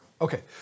Okay